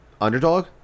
underdog